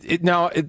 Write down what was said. now